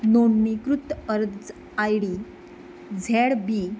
नोंदणीकृत अर्ज I D Z B